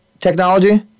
technology